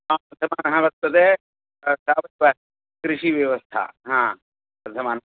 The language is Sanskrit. हा वर्धमानः वर्तते तावत् कृषिव्यवस्था हा वर्धमान